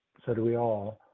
so do we all.